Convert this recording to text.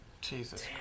Jesus